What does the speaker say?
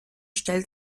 stellt